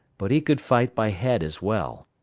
but he could fight by head as well.